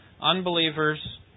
Unbelievers